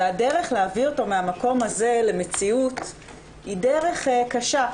והדרך להביא אותו מן המקום הזה למציאות היא דרך קשה,